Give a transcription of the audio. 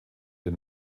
den